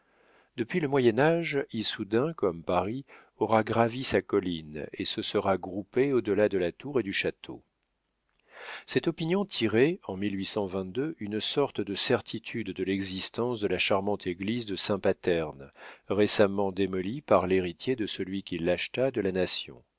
depuis le moyen-age issoudun comme paris aura gravi sa colline et se sera groupée au delà de la tour et du château cette opinion tirait en une sorte de certitude de l'existence de la charmante église de saint paterne récemment démolie par l'héritier de celui qui l'acheta de la nation